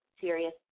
serious